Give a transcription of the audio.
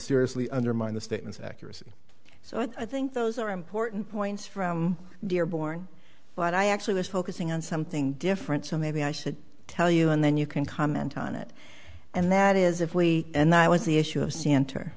accuracy so i think those are important points from dearborn but i actually was focusing on something different so maybe i should tell you and then you can comment on it and that is if we and i was the issue of santer